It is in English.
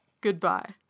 Goodbye